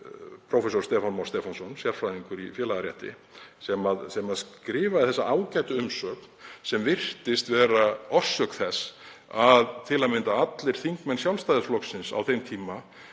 prófessor Stefán Már Stefánsson, sérfræðingur í félagarétti, sem skrifaði þessa ágætu umsögn sem virtist vera orsök þess að til að mynda allir þingmenn Sjálfstæðisflokksins á þeim tíma